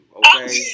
okay